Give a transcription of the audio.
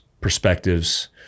perspectives